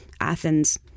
Athens